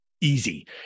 easy